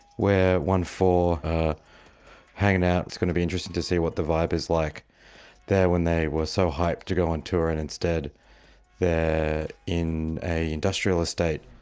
where one four are hanging out, it's gonna be interesting to see what the vibe is like there when they were so hyped to go on tour and instead they're in a industrial estate.